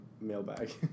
mailbag